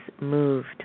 moved